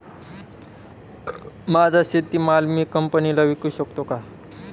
माझा शेतीमाल मी कंपनीला विकू शकतो का?